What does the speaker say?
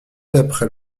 d’après